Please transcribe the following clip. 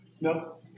No